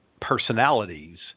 personalities